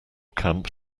camp